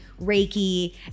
Reiki